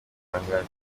yatangaje